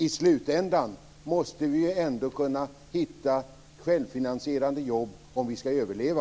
I slutändan måste vi ändå kunna hitta självfinansierande jobb om vi skall överleva.